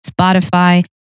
Spotify